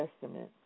Testament